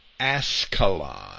Ascalon